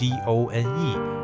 D-O-N-E